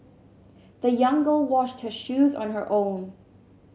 the young girl washed her shoes on her own